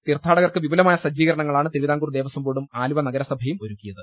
തീർത്ഥാട കർക്ക് വിപുലമായ സജ്ജീകരണങ്ങളാണ് തിരുവിതാംകൂർ ദേവസംബോർഡും ആലുവ നഗരസഭയും ഒരുക്കിയത്